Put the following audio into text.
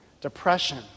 depression